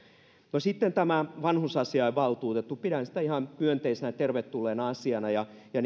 sitten tämä vanhusasiainvaltuutettu pidän sitä ihan myönteisenä tervetulleena asiana ja ja